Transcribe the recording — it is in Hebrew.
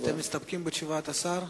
אתם מסתפקים בתשובת השר?